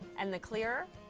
and the clear?